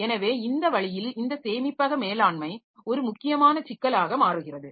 எனவே இந்த வழியில் இந்த சேமிப்பக மேலாண்மை ஒரு முக்கியமான சிக்கலாக மாறுகிறது